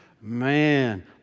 Man